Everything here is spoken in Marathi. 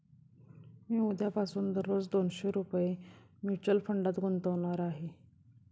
मी उद्यापासून दररोज दोनशे रुपये म्युच्युअल फंडात गुंतवणार आहे